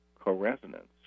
co-resonance